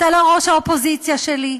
אתה לא ראש האופוזיציה שלי,